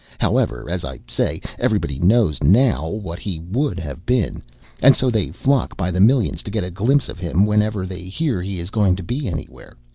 however, as i say, everybody knows, now, what he would have been and so they flock by the million to get a glimpse of him whenever they hear he is going to be anywhere.